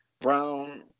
Brown